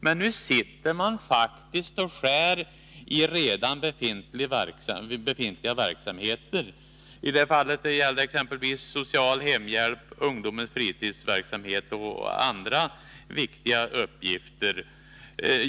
Men nu sitter man faktiskt och skär i redan befintliga verksamheter. I det fallet gällde det exempelvis social hemhjälp, ungdomens fritidsverksamhet och andra viktiga uppgifter.